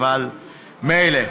אבל מילא.